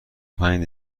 پنج